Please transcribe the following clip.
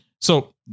so-